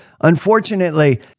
unfortunately